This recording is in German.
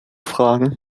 fragen